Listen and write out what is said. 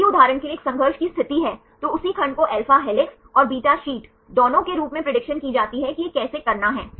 यदि उदाहरण के लिए एक संघर्ष की स्थिति है तो उसी खंड को alpha हेलिक्स और beta शीट दोनों के रूप में प्रेडिक्शन की जाती है कि यह कैसे करना है